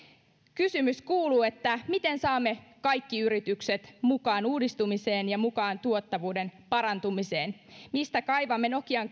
kysymys kuuluu miten saamme kaikki yritykset mukaan uudistumiseen ja mukaan tuottavuuden parantumiseen mistä kaivamme nokian